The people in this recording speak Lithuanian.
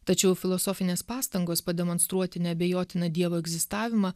tačiau filosofinės pastangos pademonstruoti neabejotiną dievo egzistavimą